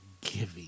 giving